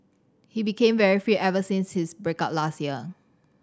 he became very fit ever since his break up last year